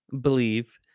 believe